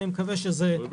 אני מחזיק 70%